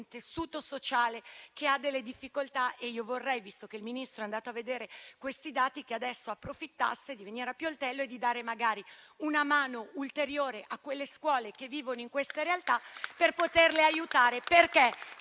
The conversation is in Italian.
tessuto sociale che ha delle difficoltà e io vorrei, visto che il Ministro è andato a verificare questi dati, che adesso approfittasse di venire a Pioltello e di dare magari una mano ulteriore a quelle scuole che vivono in questa realtà per poterle aiutare.